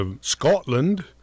Scotland